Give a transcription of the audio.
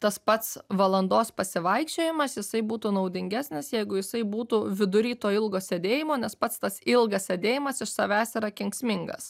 tas pats valandos pasivaikščiojimas jisai būtų naudingesnis jeigu jisai būtų vidury to ilgo sėdėjimo nes pats tas ilgas sėdėjimas iš savęs yra kenksmingas